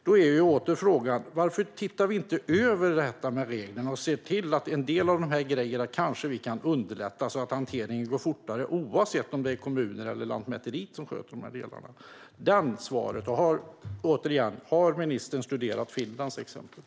Då är åter frågan: Varför ser man inte över reglerna och ser till att man kan underlätta en del för att hanteringen ska gå snabbare, oavsett om det är kommunerna eller om Lantmäteriet som sköter dessa delar? Återigen: Har ministern studerat exemplet med Finland?